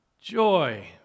Joy